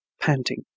panting